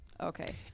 Okay